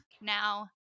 now